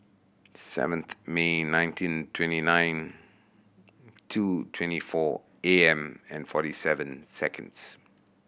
seventh May nineteen twenty nine two twenty four A M and forty seven seconds